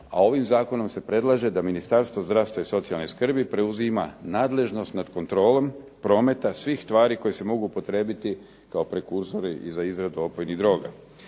a ovim zakonom se predlaže da Ministarstvo zdravstva i socijalne skrbi preuzima nadležnost nad kontrolom prometa svih stvari koje se mogu upotrijebiti kao prekursori za izradu opojnih droga.